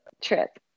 trip